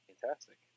Fantastic